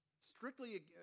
strictly